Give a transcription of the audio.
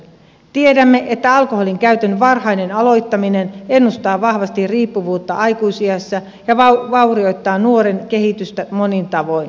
tiedämme että alkoholinkäytön varhainen aloittaminen ennustaa vahvasti riippuvuutta aikuisiässä ja vaurioittaa nuoren kehitystä monin tavoin